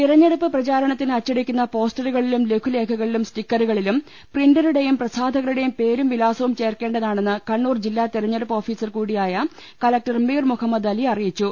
തെരഞ്ഞെടുപ്പ് പ്രചാരണത്തിന് അച്ചടിക്കുന്ന പോസ്റ്ററുകളിലും ലഘുലേഖകളിലും സ്റ്റിക്കറുകളിലും പ്രിന്ററുടെയും പ്രസാധകരു ടെയും പേരും വിലാസവും ചേർക്കേണ്ടതാണെന്ന് കണ്ണൂർ ജില്ലാ തെരഞ്ഞെടുപ്പ് ഓഫീസർ കൂടിയായ കലക്ടർ മീർ മുഹമ്മദ് അലി അറിയിച്ചു